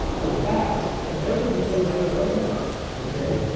in fact, and those are the things i know about okay,